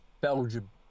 Belgium